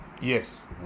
yes